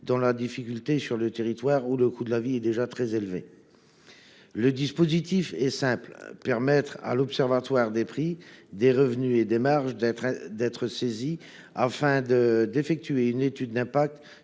dans la difficulté, dans un territoire où le coût de la vie est déjà très élevé. Le dispositif est simple : permettre à l’observatoire des prix, des marges et des revenus d’être saisi, afin de rédiger une étude d’impact